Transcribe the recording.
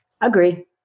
Agree